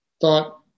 thought